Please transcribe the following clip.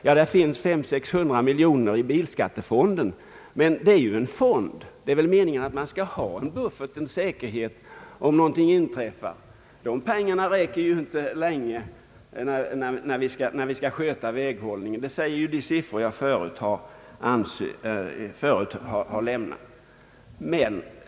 Ja, i den finns kanske 500—600 miljoner kronor. Eftersom det är en fond är det väl meningen att den skall utgöra en buffert om någonting inträffar. Dessa pengar räcker ju inte länge för väghållningens behov. Det säger de siffror jag tidigare har lämnat.